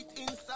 inside